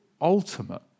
ultimate